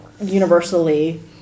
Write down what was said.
universally